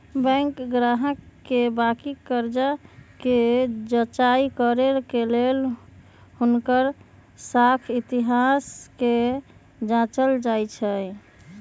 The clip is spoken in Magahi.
बैंक गाहक के बाकि कर्जा कें जचाई करे के लेल हुनकर साख इतिहास के जाचल जाइ छइ